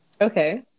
Okay